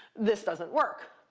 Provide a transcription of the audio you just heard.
this doesn't work.